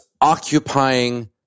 occupying